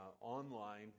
online